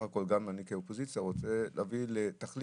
הכול גם אני כאופוזיציה רוצה להביא לתכלית.